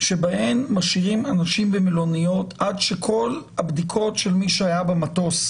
בהן משאירים אנשים במלוניות עד שכל הבדיקות של מי שהיה במטוס